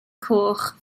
coch